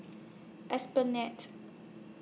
Esplanade